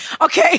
Okay